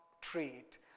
treat